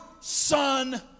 son